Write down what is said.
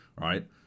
right